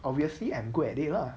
obviously I'm good at it lah